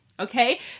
Okay